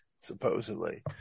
supposedly